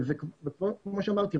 כמו שאמרתי,